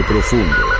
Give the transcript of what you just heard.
Profundo